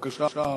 בבקשה.